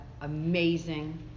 amazing